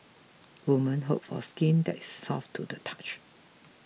women hope for skin that is soft to the touch